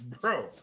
bro